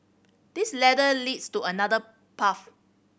this ladder leads to another path